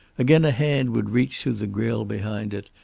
again, a hand would reach through the grill behind it,